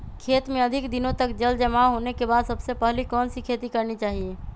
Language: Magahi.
खेत में अधिक दिनों तक जल जमाओ होने के बाद सबसे पहली कौन सी खेती करनी चाहिए?